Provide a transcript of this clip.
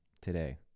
today